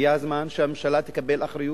הגיע הזמן שהממשלה תקבל אחריות.